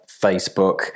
Facebook